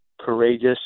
courageous